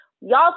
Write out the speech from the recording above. Y'all